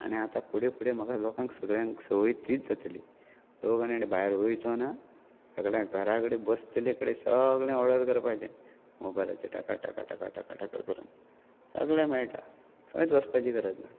आनी आतां फुडें फुडें म्हाका लोकांक सगळ्यांक संवय तीच जातली लोक आनी आनी भायर वयचो ना सगल्या घराकडेन बसतले कडे सगळें ऑर्डर करपाचें मोबायलाचे टाका टाका टाका टाका करून सगळें मेळटा खंयच वचपाची गरज ना